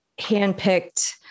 handpicked